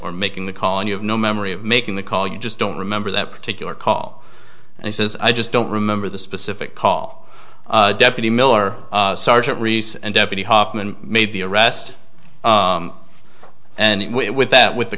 or making the call and you have no memory of making the call you just don't remember that particular call and he says i just don't remember the specific call deputy miller sergeant reese and deputy hoffman made the arrest and it with that with the